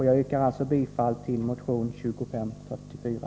Jag yrkar bifall till motion 2544.